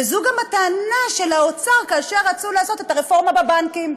וזו גם הטענה של האוצר כאשר רצה לעשות את הרפורמה בבנקים.